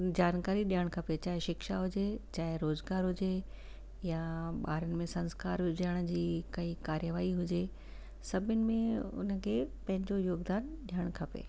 जानकारी ॾियणु खपे चाहे शिक्षा हुजे चाहे रोज़गारु हुजे या ॿारनि में संस्कार विझण जी कई कार्यवाही हुजे सभिणी में उन खे पंहिंजो योगदान ॾियणु खपे